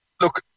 Look